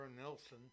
Nelson